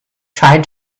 tried